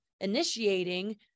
initiating